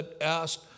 asked